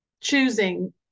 choosing